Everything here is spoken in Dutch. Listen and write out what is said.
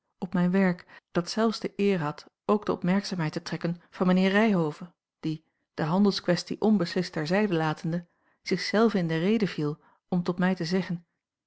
op mijn werk dat zelfs de eer had ook de opmerkzaamheid te trekken van mijnheer ryhove die de handelskwestie onbeslist ter zijde latende zich zelve in de rede viel om tot mij te zeggen